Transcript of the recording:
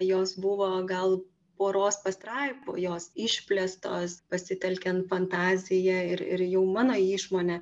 jos buvo gal poros pastraipų jos išplėstos pasitelkiant fantaziją ir ir jau mano išmonę